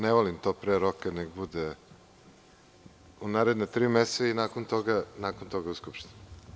Ne volim to pre roka, neka bude u naredna tri meseca i nakon toga u Skupštini.